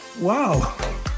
Wow